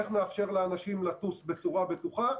איך נאפשר לאנשים לטוס בצורה בטוחה?